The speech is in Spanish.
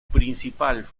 principal